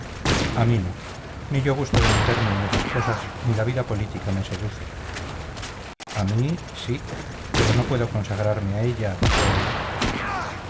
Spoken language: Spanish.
a mí no ni yo gusto de meterme en esas cosas ni la vida política me seduce a mí sí pero no puedo consagrarme a ella por